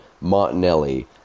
Martinelli